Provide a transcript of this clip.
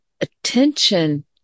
attention